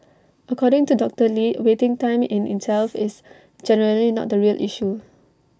according to doctor lee waiting time in itself is generally not the real issue